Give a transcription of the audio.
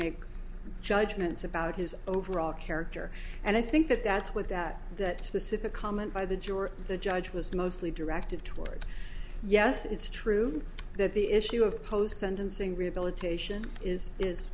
make judgments about his overall character and i think that that's what that that specific comment by the juror the judge was mostly directed toward yes it's true that the issue of post sentencing rehabilitation is is